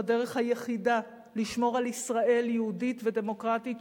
הדרך היחידה לשמור על ישראל יהודית ודמוקרטית,